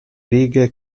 righe